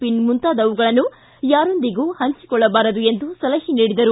pin ಮುಂತಾದವುಗಳನ್ನು ಯಾರೊಂದಿಗೂ ಹಂಚಿಕೊಳ್ಲಬಾರದು ಎಂದು ಸಲಹೆ ನೀಡಿದರು